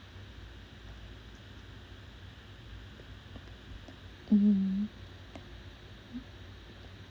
uh mm